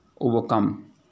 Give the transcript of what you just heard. overcome